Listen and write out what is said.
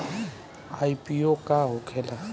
IPO का होखेला?